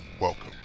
Welcome